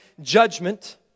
judgment